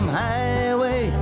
highway